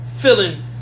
Feeling